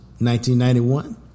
1991